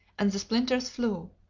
and the splinters flew,